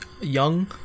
Young